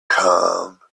come